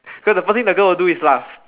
cause the first thing the girl will do is laugh